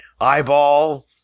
eyeball